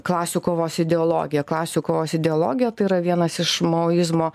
klasių kovos ideologija klasių kovos ideologija tai yra vienas iš maoizmo